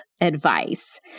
advice